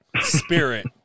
spirit